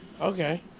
okay